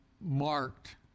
marked